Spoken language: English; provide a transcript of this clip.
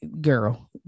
girl